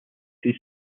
two